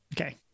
Okay